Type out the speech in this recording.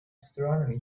astronomy